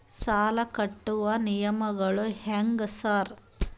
ಸಾಲ ಕಟ್ಟುವ ನಿಯಮಗಳು ಹ್ಯಾಂಗ್ ಸಾರ್?